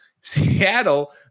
Seattle